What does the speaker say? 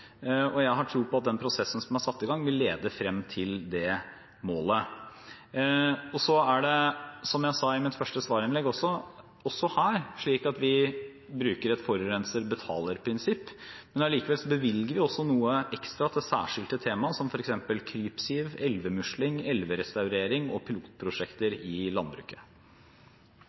Jeg har tro på at den prosessen som er satt i gang, vil lede frem til det målet. Så er det, som jeg sa i mitt første svarinnlegg, også her slik at vi bruker et forurenser betaler-prinsipp. Likevel bevilger vi også noe ekstra til særskilte temaer, som f.eks. krypsiv, elvemusling, elverestaurering og pilotprosjekter i landbruket.